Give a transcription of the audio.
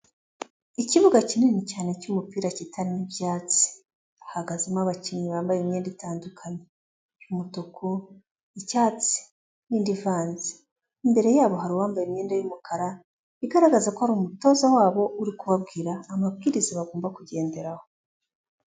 Ikibuga kinini cyane cy'umupira kitarimo ibyatsi, hahagazemo abakinnyi bambaye imyenda itandukanye, umutuku, icyatsi n'indi ivanze, imbere yabo hari uwambaye imyenda y'umukara bigaragaza ko ari umutoza wabo uri kubabwira amabwiriza bagomba kugenderaho.